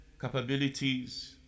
capabilities